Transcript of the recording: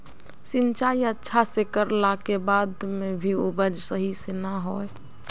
सिंचाई अच्छा से कर ला के बाद में भी उपज सही से ना होय?